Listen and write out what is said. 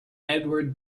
edward